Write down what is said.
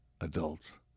adults